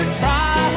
try